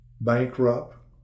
bankrupt